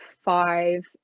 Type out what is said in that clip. five